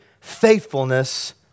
faithfulness